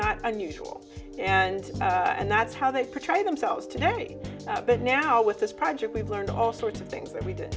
not unusual and and that's how they portray themselves today but now with this project we've learned all sorts of things that we did